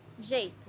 Jeito